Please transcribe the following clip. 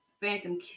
Phantom